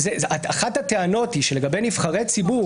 אחת הטענות היא שלגבי נבחרי ציבור,